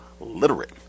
literate